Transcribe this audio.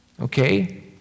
Okay